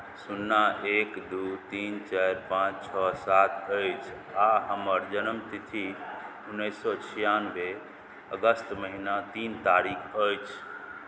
शुन्ना एक दू तीन चारि पाँच छओ सात अछि आ हमर जन्मतिथि उन्नैस सए छियानबे अगस्त महीना तीन तारीख अछि